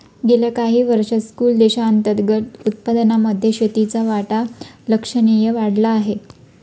गेल्या काही वर्षांत स्थूल देशांतर्गत उत्पादनामध्ये शेतीचा वाटा लक्षणीय वाढला आहे